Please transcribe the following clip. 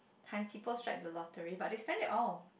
times strike the lottery but they spent it all